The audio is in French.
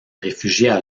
réfugient